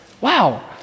Wow